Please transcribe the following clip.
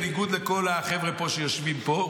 בניגוד לכל החבר'ה שיושבים פה,